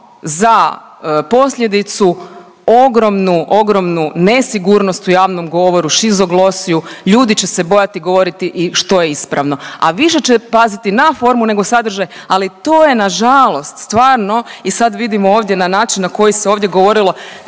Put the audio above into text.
za posljedicu ogromnu, ogromnu nesigurnost u javnom govoru, šizoglosiju, ljudi će se bojati govoriti i što je ispravno, a više će paziti na formu nego sadržaj, ali to je nažalost stvarno i sad vidimo ovdje na način na koji se ovdje govorilo